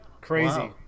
crazy